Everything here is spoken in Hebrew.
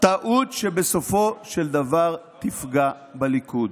טעות שבסופו של דבר תפגע בליכוד.